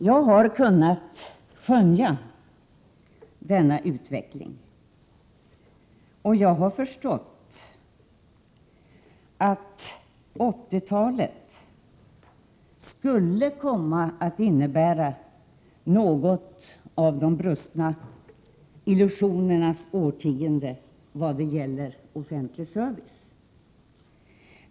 Jag har kunnat skönja denna utveckling, och jag har förstått att 1980-talet skulle komma att innebära något av de brustna illusionernas årtionde när det gäller offentlig service.